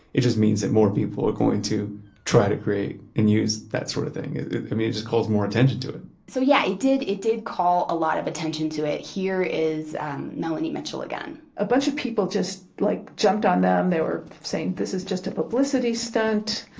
it just means that more people are going to try to create and use that sort of thing. it it just calls more attention to it. so yeah, it did. it did call a lot of attention to it. here is um melanie mitchell again a bunch of people just like jumped on them. they were saying this is just a publicity stunt,